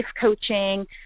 coaching